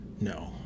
No